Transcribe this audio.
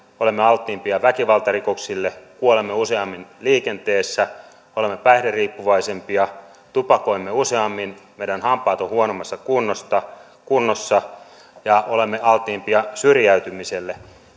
olemme alttiimpia väkivaltarikoksille kuolemme useammin liikenteessä olemme päihderiippuvaisempia tupakoimme useammin meidän hampaamme ovat huonommassa kunnossa ja olemme alttiimpia syrjäytymiselle